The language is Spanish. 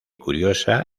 curiosa